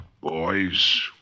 Boys